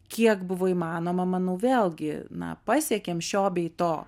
kiek buvo įmanoma manau vėlgi na pasiekėm šio bei to